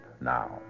now